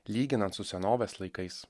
lyginant su senovės laikais